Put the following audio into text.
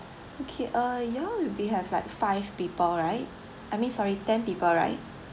okay uh you all will be have like five people right I mean sorry ten people right